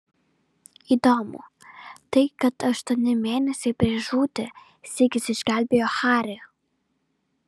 įdomu tai kad aštuoni mėnesiai prieš žūtį sigis išgelbėjo harį